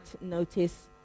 notice